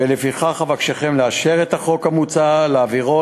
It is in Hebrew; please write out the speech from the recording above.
ולפיכך אבקשכם לאשר את החוק המוצע ולהעבירו